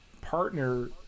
partner